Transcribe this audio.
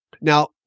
Now